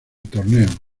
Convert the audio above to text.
torneo